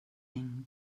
thing